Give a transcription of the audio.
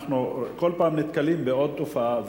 אנחנו כל פעם נתקלים בעוד תופעה,